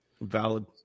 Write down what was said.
Valid